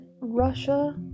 Russia